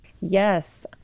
Yes